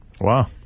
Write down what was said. Wow